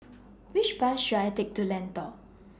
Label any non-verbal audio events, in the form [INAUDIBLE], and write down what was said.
[NOISE] Which Bus should I Take to Lentor